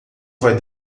vai